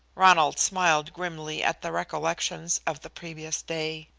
ronald smiled grimly at the recollections of the previous day.